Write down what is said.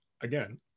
again